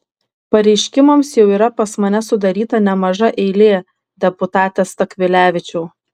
pareiškimams jau yra pas mane sudaryta nemaža eilė deputate stakvilevičiau